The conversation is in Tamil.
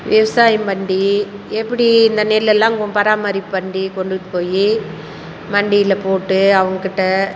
விவசாயம் மண்டி எப்படி இந்த நெல்லெல்லாம் பராமரிப்பு பண்ணி கொண்டுட்டு போய் மண்டியில் போட்டு அவங்கக்கிட்ட